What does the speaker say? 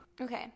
okay